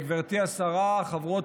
גברתי השרה, חברות